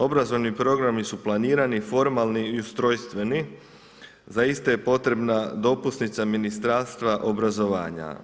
Obrazovni programi su planirani, formalni i ustrojstveni, za iste je potrebna dopusnica Ministarstva obrazovanja.